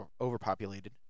overpopulated